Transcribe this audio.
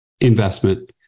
investment